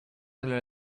alla